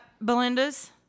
Belinda's